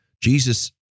Jesus